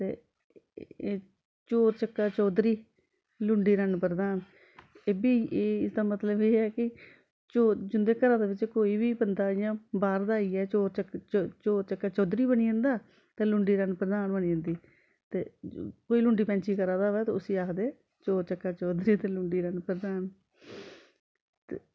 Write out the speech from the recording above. ते एह् चोर चुक्कै चौधरी लुंडी रन्न प्रधान एह्बी इसदा मतलव एह् ऐ कि जिंदे घरा दे बिच्च कोई बी बंदा इ'यां बाह्र दा आई जा चोर चक्का चौधरी बनी जंदा ते लुंडी रन्न प्रधान बनी जंदी ते कोई लुंडी पैंची करा दा होऐ ते उस्सी आखदे चोर चुक्कै चौधरी लुंडी रन्न प्रधान